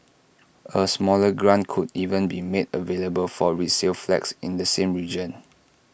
A smaller grant could even be made available for resale flats in the same region